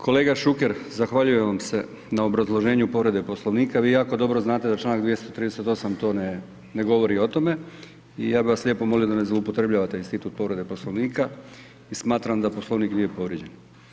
Kolega Šuker, zahvaljujem vam se na obrazloženju povrede Poslovnika, vi jako dobro znate da čl. 238. ne govori o tome i ja bi vas lijepo molio da ne zloupotrebljavate institut povrede Poslovnika i smatram da Poslovnik nije povrijeđen.